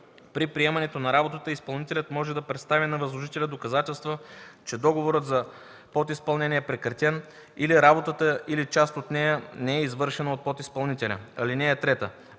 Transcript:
При приемането на работата изпълнителят може да представи на възложителя доказателства, че договорът за подизпълнение е прекратен, или работата, или част от нея не е извършена от подизпълнителя. (3)